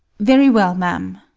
very well, ma'am.